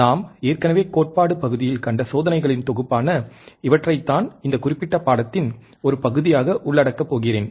நாம் ஏற்கனவே கோட்பாடு பகுதியில் கண்ட சோதனைகளின் தொகுப்பான இவற்றைத் தான் இந்தக் குறிப்பிட்ட பாடத்தின் ஒரு பகுதியாக உள்ளடக்கப் போகிறேன்